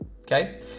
okay